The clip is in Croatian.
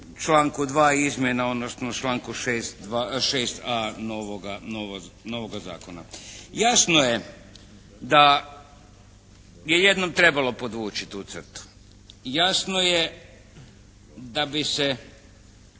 članku 2. izmjena odnosno članku 6.a novoga zakona. Jasno je da je jednom trebalo podvući tu crtu. Jasno je da bi se